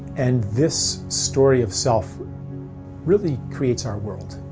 and this story of self really creates our world.